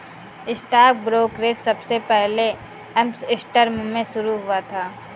stock brokerage सबसे पहले Amsterdam में शुरू हुआ था